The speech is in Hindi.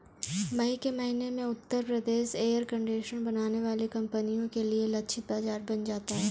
मई के महीने में उत्तर प्रदेश एयर कंडीशनर बनाने वाली कंपनियों के लिए लक्षित बाजार बन जाता है